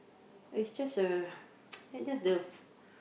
it's just a that's just the